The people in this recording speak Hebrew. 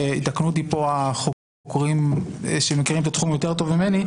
יתקנו אותי פה החוקרים שמכירים את התחום יותר טוב ממני,